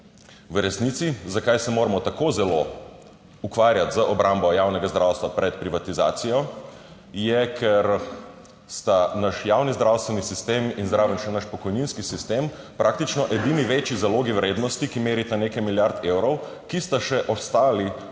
V resnici, zakaj se moramo tako zelo ukvarjati z obrambo javnega zdravstva pred privatizacijo, je, ker sta naš javni zdravstveni sistem in zraven še naš pokojninski sistem praktično edini večji zalogi vrednosti, ki merita nekaj milijard evrov, ki sta še ostali